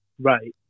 Right